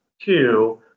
Two